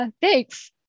Thanks